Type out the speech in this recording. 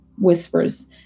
whispers